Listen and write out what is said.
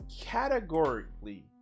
categorically